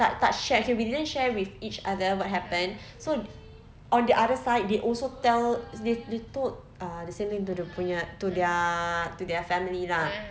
tak tak share okay we didn't share with each other what happened so on the other side they also told they they told uh the same thing to dia punya to their to their family lah